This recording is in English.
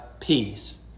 peace